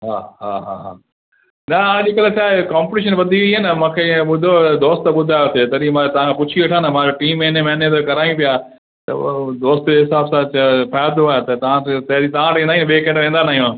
हा हा हा हा न अॼु कल्ह छाहे कॉम्पटीशन वधी वई आहे न मूं खे ईअं ॿुधियो दोस्त ॿुधाए पियो तॾहिं मां तव्हां खां पुछी वठां न मां चयो टी महीने महीने त करायूं पिया त उहो दोस्त जे हिसाब सां त फ़ाइदो आहे त तव्हां त पहिरीं तव्हां वटि ईंदा आहियूं ॿिए कंहिं वटि वेंदा न आहियूं